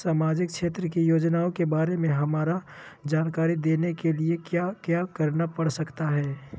सामाजिक क्षेत्र की योजनाओं के बारे में हमरा जानकारी देने के लिए क्या क्या करना पड़ सकता है?